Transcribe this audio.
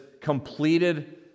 completed